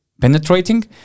Penetrating